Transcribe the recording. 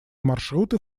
маршруты